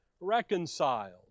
reconciled